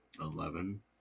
Eleven